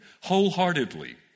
wholeheartedly